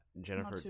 Jennifer